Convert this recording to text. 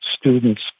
students